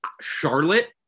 Charlotte